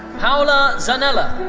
paola zanella.